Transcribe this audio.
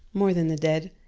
more than the dead,